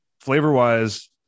flavor-wise